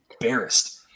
embarrassed